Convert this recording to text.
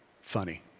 Funny